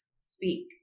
speak